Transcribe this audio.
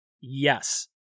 Yes